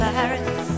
Paris